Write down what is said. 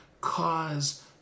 cause